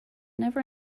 never